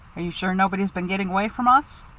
are you sure nobody's been getting away from us?